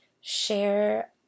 share